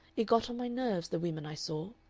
it got on my nerves the women i saw.